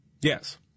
Yes